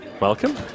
welcome